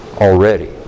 already